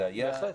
זה היה,